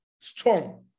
strong